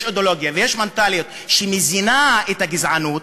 יש אידיאולוגיה ויש מנטליות שמזינות את הגזענות,